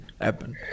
happen